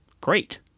great